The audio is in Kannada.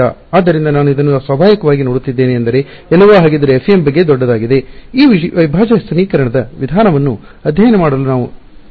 ಆದ್ದರಿಂದ ನಾನು ಇದನ್ನು ಸ್ವಾಭಾವಿಕವಾಗಿ ನೋಡುತ್ತಿದ್ದೇನೆ ಎಂದರೆ ಎಲ್ಲವೂ ಹಾಗಿದ್ದರೆ FEM ಬಗ್ಗೆ ದೊಡ್ಡದಾಗಿದೆ ಈ ಅವಿಭಾಜ್ಯ ಸಮೀಕರಣದ ವಿಧಾನವನ್ನು ಅಧ್ಯಯನ ಮಾಡಲು ನಾವು ಯಾಕೆ ತೊಂದರೆ ನೀಡಿದ್ದೇವೆ